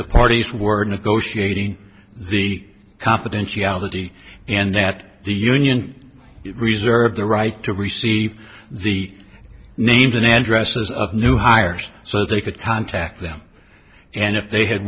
the parties were negotiating the confidentiality and that the union reserved the right to receive the names and addresses of new hires so they could contact them and if they had